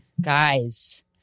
Guys